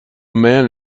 man